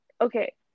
okay